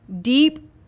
deep